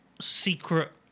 secret